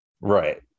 Right